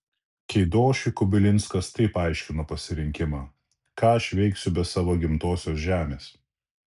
keidošiui kubilinskas taip aiškino pasirinkimą ką aš veiksiu be savo gimtosios žemės